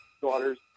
daughters